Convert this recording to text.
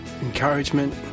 encouragement